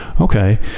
okay